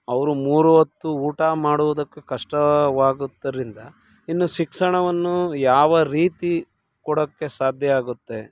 ಅವರು ಮೂರು ಹೊತ್ತು ಊಟ ಮಾಡುವುದಕ್ಕೂ ಕಷ್ಟವಾಗುತ್ತದರಿಂದ ಇನ್ನು ಶಿಕ್ಷಣವನ್ನು ಯಾವ ರೀತಿ ಕೊಡೋಕ್ಕೆ ಸಾಧ್ಯ ಆಗುತ್ತೆ